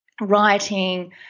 writing